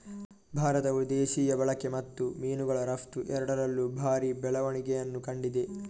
ಭಾರತವು ದೇಶೀಯ ಬಳಕೆ ಮತ್ತು ಮೀನುಗಳ ರಫ್ತು ಎರಡರಲ್ಲೂ ಭಾರಿ ಬೆಳವಣಿಗೆಯನ್ನು ಕಂಡಿದೆ